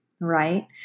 right